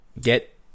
Get